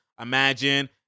Imagine